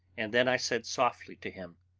and then i said softly to him